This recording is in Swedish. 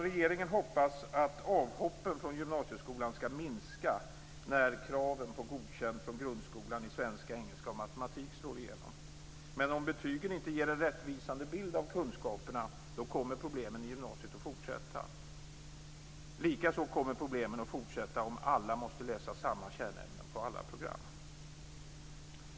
Regeringen hoppas att avhoppen från gymnasieskolan skall minska när kraven på godkänt från grundskolan i svenska, engelska och matematik slår igenom. Men om betygen inte ger en rättvisande bild av kunskaperna kommer problemen i gymnasiet att fortsätta. Likaså kommer problemen att fortsätta om alla måste läsa samma kärnämnen på alla program.